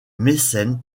mécène